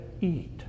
eat